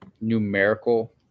numerical